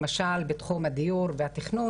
למשל בתחום הדיור והתכנון,